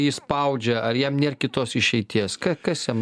jį spaudžia ar jam nėr kitos išeities ka kas jam